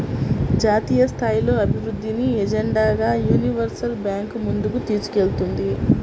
జాతీయస్థాయిలో అభివృద్ధిని ఎజెండాగా యూనివర్సల్ బ్యాంకు ముందుకు తీసుకెళ్తుంది